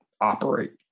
operate